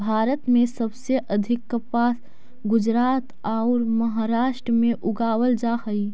भारत में सबसे अधिक कपास गुजरात औउर महाराष्ट्र में उगावल जा हई